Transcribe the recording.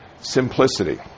simplicity